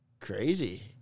crazy